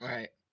Right